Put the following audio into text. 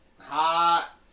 Hot